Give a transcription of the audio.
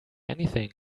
anything